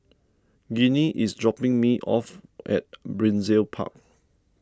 Ginny is dropping me off at Brizay Park